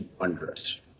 wondrous